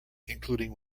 including